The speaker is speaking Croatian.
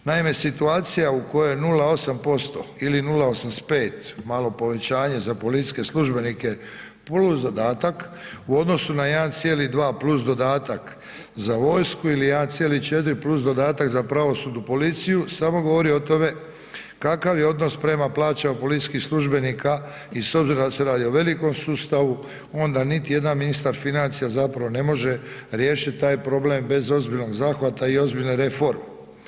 Naime, situacija u kojoj 0,8% ili 0,85 malo povećanje za policijske službenike + dodatak u odnosu na 1,2 + dodatak za vojsku ili 1,4 + dodatak za pravosudnu policiju samo govori o tome kakav je odnos prema plaćama policijskih službenika i s obzirom da se radi o velikom sustavu onda niti jedan ministar financija zapravo ne može riješit taj problem bez ozbiljnog zahvata i ozbiljne reforme.